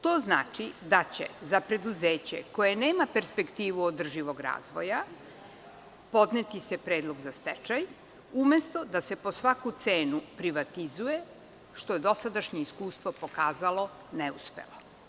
To znači da će se za preduzeće koje nema perspektivu održivog razvoja, podneti predlog za stečaj, umesto da se po svaku cenu privatizuje, što je dosadašnje iskustvo pokazalo neuspelo.